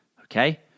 Okay